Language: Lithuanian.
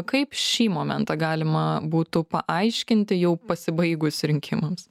kaip šį momentą galima būtų paaiškinti jau pasibaigus rinkimams